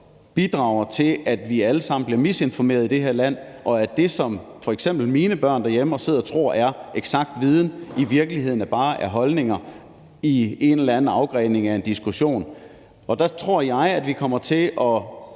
bidrager til, at vi alle sammen bliver misinformeret i det her land, og at det, som f.eks. mine børn sidder derhjemme og tror er eksakt viden, i virkeligheden bare er holdninger i en eller anden forgrening af en diskussion. Der tror jeg, at vi er nødt til at